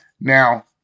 Now